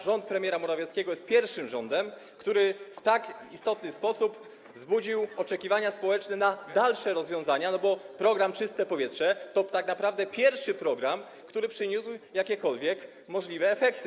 Rząd premiera Morawieckiego jest pierwszym rządem, który w tak istotny sposób wzbudził oczekiwania społeczne na dalsze rozwiązania, bo program „Czyste powietrze” to tak naprawdę pierwszy program, który przyniósł jakiekolwiek możliwe efekty.